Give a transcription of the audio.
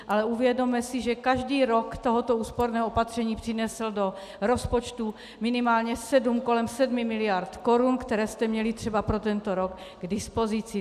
Ale uvědomme si, že každý rok tohoto úsporného opatření přinesl do rozpočtu minimálně 7 miliard korun, kolem 7 miliard korun, které jste měli třeba pro tento rok k dispozici.